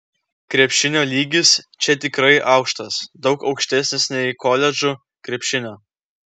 krepšinio lygis čia tikrai aukštas daug aukštesnis nei koledžų krepšinio